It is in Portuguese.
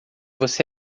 você